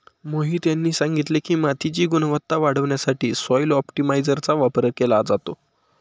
मोहित यांनी सांगितले की, मातीची गुणवत्ता वाढवण्यासाठी सॉइल ऑप्टिमायझरचा वापर केला जातो